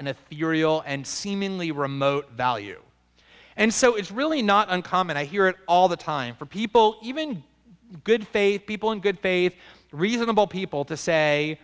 and if you're real and seemingly remote value and so it's really not uncommon i hear it all the time for people even in good faith people in good faith reasonable people to say